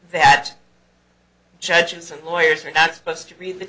that judges and lawyers are not supposed to read the